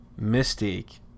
Mystique